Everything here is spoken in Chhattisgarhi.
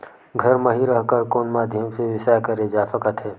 घर म हि रह कर कोन माध्यम से व्यवसाय करे जा सकत हे?